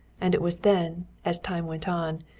and it was then, as time went on,